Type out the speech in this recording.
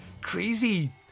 crazy